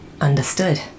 Understood